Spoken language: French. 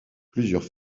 plusieurs